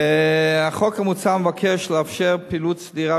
החוק המוצע מבקש לאפשר פעילות סדירה